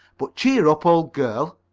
but cheer up, old girl.